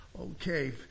Okay